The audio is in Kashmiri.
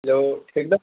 ہیٚلو ٹھیکدر